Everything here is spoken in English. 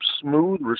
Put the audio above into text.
smooth